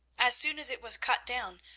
as soon as it was cut down,